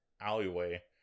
alleyway